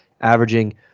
Averaging